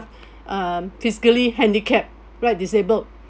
um physically handicapped right disabled